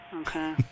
Okay